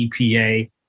EPA